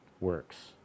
works